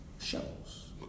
Shows